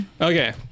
okay